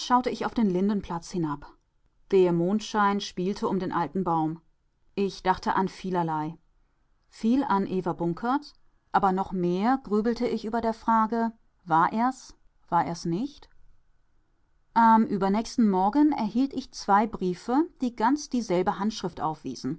ich auf den lindenplatz hinab der mondschein spielte um den alten baum ich dachte an vielerlei viel an eva bunkert aber noch mehr grübelte ich über der frage war er's war er's nicht am übernächsten morgen erhielt ich zwei briefe die ganz dieselbe handschrift